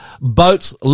boats